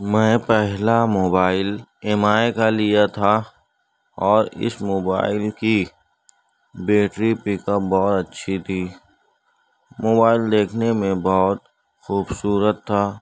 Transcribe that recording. میں پہلا mobile M I کا لیا تھا اور اس موبائل کی بیٹری پیک اب بہت اچھی تھی موبائل دیکھنے میں بہت خوبصورت تھا